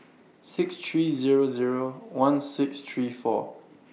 six three Zero Zero one six three four